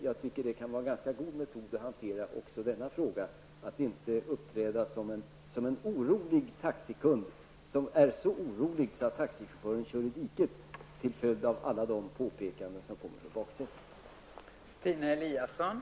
Jag tycker att det kan vara en ganska god metod att använda för att hantera denna fråga också, att inte uppträda som en orolig taxikund som är så orolig att taxichauffören kör i diket till följd av alla de påpekanden som kommer från baksätet.